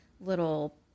little